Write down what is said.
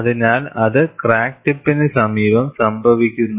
അതിനാൽ അതാണ് ക്രാക്ക് ടിപ്പിന് സമീപം സംഭവിക്കുന്നത്